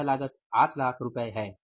तो यह लागत 800000 रु है